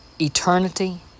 eternity